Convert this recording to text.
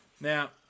Now